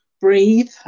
breathe